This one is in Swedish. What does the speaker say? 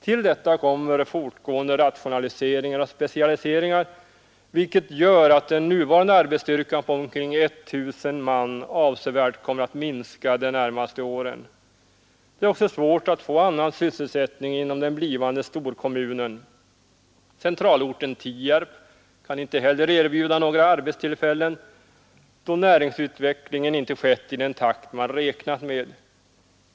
Till detta kommer fortgående rationaliseringar och specialiseringar, vilket gör att den nuvarande arbetsstyrkan på omkring 1 000 man avsevärt kommer att minska de närmaste åren. Det är också svårt att få annan sysselsättning inom den blivande storkommunen. Centralorten Tierp kan inte heller erbjuda några arbetstillfällen, då näringsutvecklingen inte skett i den takt man räknat med.